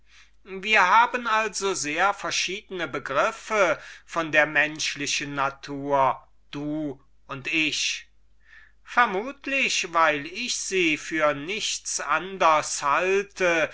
wir haben also sehr verschiedene begriffe von der menschlichen natur du und ich hippias vermutlich weil ich sie für nichts anders halte